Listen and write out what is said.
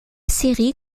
série